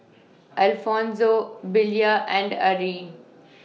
Alfonso Belia and Arrie